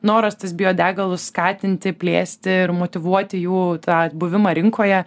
noras tas biodegalus skatinti plėsti ir motyvuoti jų tą buvimą rinkoje